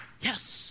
yes